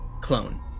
clone